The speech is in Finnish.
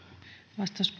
arvoisa